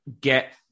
get